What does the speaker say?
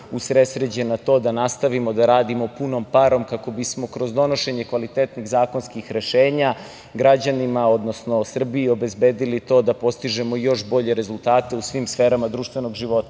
usredsređen na to da nastavimo da radimo punom parom kako bismo kroz donošenje kvalitetnih zakonskih rešenja građanima, odnosno Srbiji obezbedili to da postižemo još bolje rezultate u svim sferama društvenog života. Tu